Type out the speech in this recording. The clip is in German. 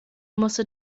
musste